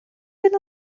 він